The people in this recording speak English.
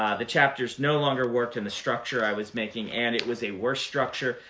ah the chapters no longer worked in the structure i was making, and it was a worse structure.